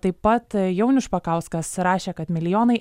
taip pat jaunius špakauskas rašė kad milijonai